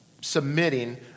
submitting